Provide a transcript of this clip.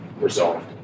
resolved